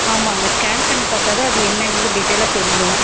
ஆமாம்ங்க ஸ்கான் பண்ணி பார்த்தா தான் அது என்னங்கறது டீட்டெயிலாக தெரியும்